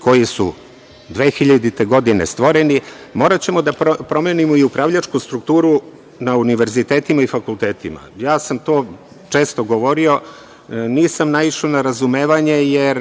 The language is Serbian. koji su 2000. godine stvoreni, moraćemo da promenimo i upravljačku strukturu na univerzitetima i fakultetima. Ja sam to često govorio, ali nisam naišao na razumevanje, jer